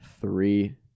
three